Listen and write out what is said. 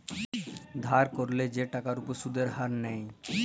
ধার ক্যইরলে যে টাকার উপর সুদের হার লায়